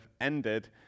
ended